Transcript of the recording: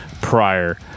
prior